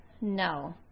No